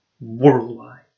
worldwide